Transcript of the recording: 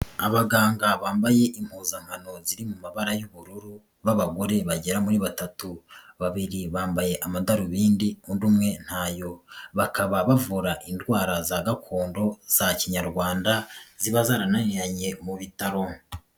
Abaganga bambaye impuzankano ziri mu mabara y'ubururu b'abagore bagera kuri batatu, babiri bambaye amadarubindi, undi umwe ntayo, bakaba bavura indwara za gakondo za Kinyarwanda ziba zarananiranye mu bitaro.